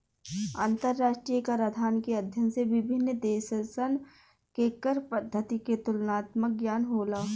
अंतरराष्ट्रीय कराधान के अध्ययन से विभिन्न देशसन के कर पद्धति के तुलनात्मक ज्ञान होला